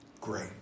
great